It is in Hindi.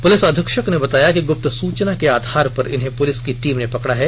पुलिस अधीक्षक ने बताया कि गुप्त सूचना के आधार पर इन्हें पुलिस की टीम ने पकड़ा है